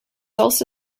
also